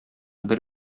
бер